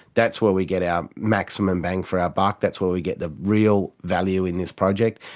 that's where we get our maximum bang for our buck, that's where we get the real value in this project,